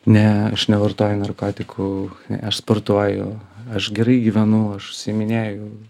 ne aš nevartoju narkotikų aš sportuoju aš gerai gyvenu aš užsiiminėju